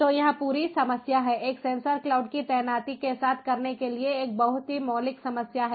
तो यह पूरी समस्या है एक सेंसर क्लाउड की तैनाती के साथ करने के लिए एक बहुत ही मौलिक समस्या है